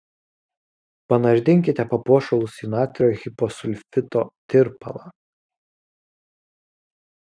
panardinkite papuošalus į natrio hiposulfito tirpalą